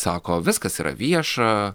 sako viskas yra vieša